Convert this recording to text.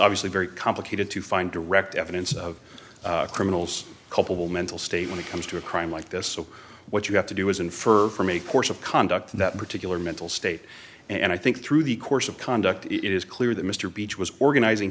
obviously very complicated to find direct evidence of criminals culpable mental state when it comes to a crime like this so what you have to do is infer from a course of conduct that particular mental state and i think through the course of conduct it is clear that mr beach was organizing